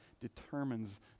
determines